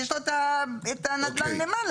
יש לו את הנדל"ן למעלה.